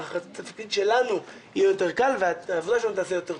התפקיד שלנו יהיה יותר קל והעבודה שלנו תיעשה יותר טוב.